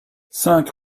cinq